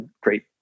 great